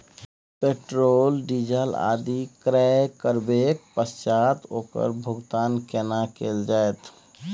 Petrol, diesel आदि क्रय करबैक पश्चात ओकर भुगतान केना कैल जेतै?